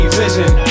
vision